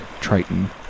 Triton